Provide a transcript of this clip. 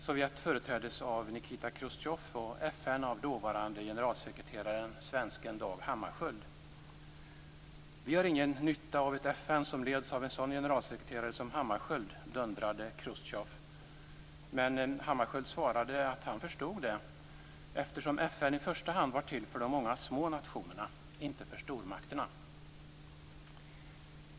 Sovjet företräddes av Nikita Chrustjov, och FN av dåvarande generalsekreteraren svensken Dag Hammarskjöld. Vi har ingen nytta av ett FN som leds av en sådan generalsekreterare som Hammarskjöld, dundrade Chrustjov. Men Hammarskjöld svarade att han förstod det, eftersom FN i första hand var till för de många små nationerna - inte för stormakterna.